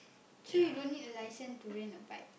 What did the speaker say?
so you don't need a license to rent a bike